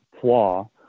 flaw